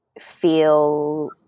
feel